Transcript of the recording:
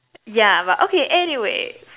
yeah but okay anyways